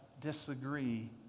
disagree